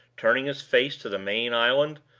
turning his face to the main island.